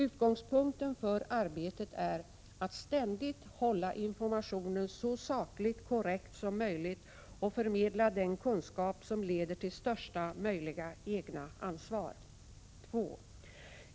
Utgångspunkten för arbetet är att ständigt hålla informationen så sakligt korrekt som möjligt och förmedla den kunskap som leder till största möjliga egna ansvar. 2.